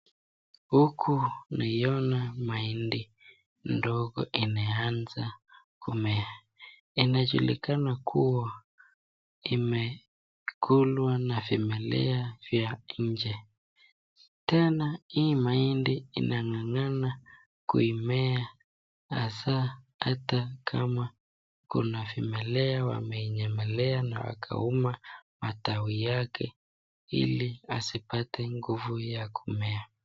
Huku naiona mahindi ndogo imeanza kumea ,inajulikana kuwa imekulwa na vimelea vya miche, tena hii mahindi imeng'ang'ana kumea hasaa hata kama kuna vimelea wamenyemelea na wakauma matawi yake ili asipate nguvu ya kumea.